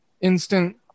instant